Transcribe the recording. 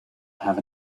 have